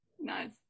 Nice